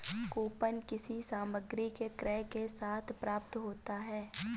coupon किसी सामग्री के क्रय के साथ प्राप्त होता है